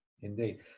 Indeed